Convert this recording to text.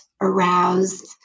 aroused